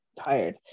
tired